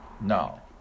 Now